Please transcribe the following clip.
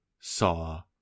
saw